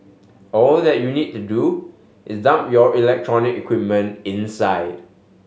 all that you need to do is dump your electronic equipment inside